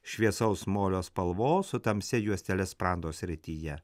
šviesaus molio spalvos su tamsia juostele sprando srityje